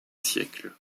siècle